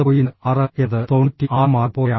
6 എന്നത് 96 മാർക്ക് പോലെയാണ്